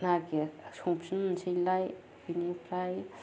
नागिरो संफिननोसैलाय बिनिफ्राय